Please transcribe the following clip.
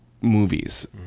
movies